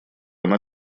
она